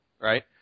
right